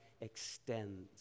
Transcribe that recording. extends